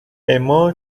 اِما